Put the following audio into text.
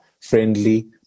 friendly